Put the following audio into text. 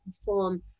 perform